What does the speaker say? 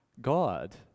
God